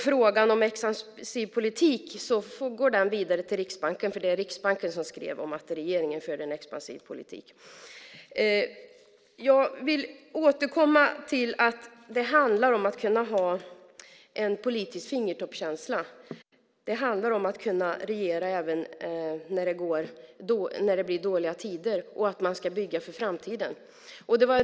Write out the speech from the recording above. Frågan om expansiv politik går vidare till Riksbanken, för det var Riksbanken som skrev att regeringen för en expansiv politik. Jag vill återkomma till att det handlar om att kunna ha en politisk fingertoppskänsla. Det handlar om att kunna regera även när det blir dåliga tider och att man ska bygga för framtiden.